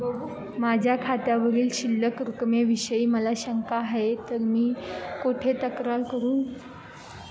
माझ्या खात्यावरील शिल्लक रकमेविषयी मला शंका आहे तर मी कुठे तक्रार करू?